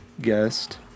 guest